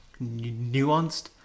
nuanced